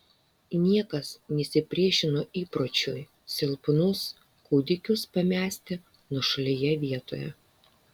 niekas nesipriešino įpročiui silpnus kūdikius pamesti nuošalioje vietoje